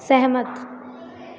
सहमत